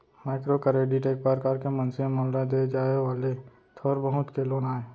micro credit एक परकार के मनसे मन ल देय जाय वाले थोर बहुत के लोन आय